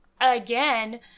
again